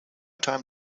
time